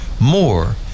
more